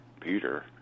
Peter